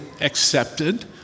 accepted